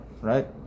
right